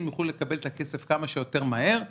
יוכלו לקבל את הכסף כמה שיותר מהר,